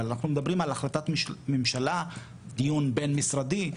אבל אנחנו מדברים על החלטת ממשלה, דיון בין משרדי,